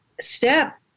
step